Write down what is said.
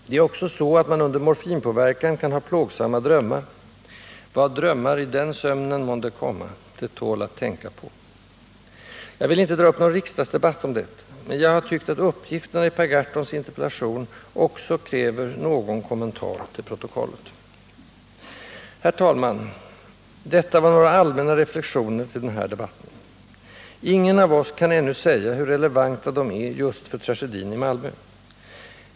Det är också så att man under morfinpåverkan kan ha plågsamma drömmar. Vad drömmar i den sömnen månde komma, det tål att tänka på. Jag vill inte dra upp någon riksdagsdebatt om detta, men jag har tyckt att uppgifterna i Per Gahrtons interpellation också kräver någon kommentar till protokollet. Herr talman! Detta var några allmänna reflexioner till den här debatten. Ingen av oss kan ännu säga hur relevanta de är just för tragedin i Malmö.